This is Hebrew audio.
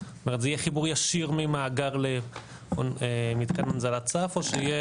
יהיה חיבור ישיר ממאגר למתקן הנזלה צף או שיהיה